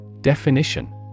Definition